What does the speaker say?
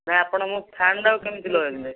ନାଇଁ ଆପଣ ମୁଁ ଫ୍ୟାନ୍ ଟା କୁ କେମିତି ଲଗେଇଦେଲେ